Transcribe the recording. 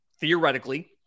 theoretically